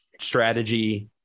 strategy